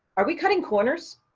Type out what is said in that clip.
are we cutting corners?